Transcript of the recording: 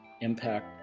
impact